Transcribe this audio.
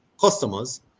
customers